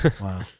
wow